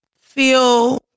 feel